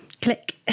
Click